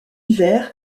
hiver